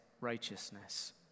righteousness